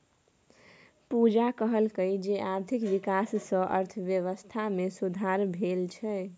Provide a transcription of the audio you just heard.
पूजा कहलकै जे आर्थिक बिकास सँ अर्थबेबस्था मे सुधार भेल छै